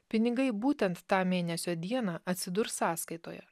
pinigai būtent tą mėnesio dieną atsidurs sąskaitoje